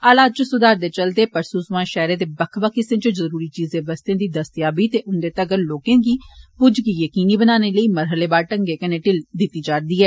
हालात इच सुधार दे चलदे परसू सोया शैहरे दे बक्ख बक्ख हिस्से इच जरुरी चीजे बस्ते दी दस्तेयाबी ते उन्दे तगर लोकें दी पुज्ज गी यकीनी बनाने लेई महरले बार ढंगै कन्ने ढिल्ल दिती जा र दी ही